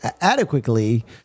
adequately